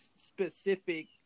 specific